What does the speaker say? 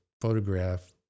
photograph